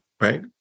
right